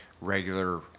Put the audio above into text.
regular